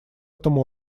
этом